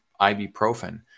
ibuprofen